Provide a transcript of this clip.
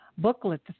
Booklet